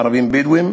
הערבים הבדואים,